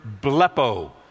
blepo